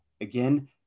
again